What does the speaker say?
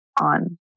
on